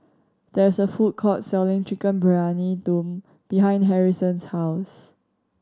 there is a food court selling Chicken Briyani Dum behind Harrison's house